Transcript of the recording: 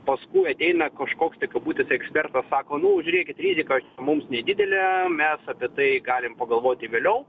paskui ateina kažkoks tai kabutėse ekspertas sako nu žiūrėkit rizika čia mums nedidelė mes apie tai galim pagalvoti vėliau